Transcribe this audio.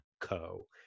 Co